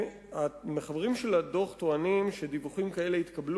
המחברים של הדוח טוענים שדיווחים כאלה התקבלו